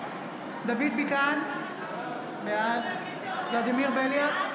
נוכח דוד ביטן, בעד ולדימיר בליאק,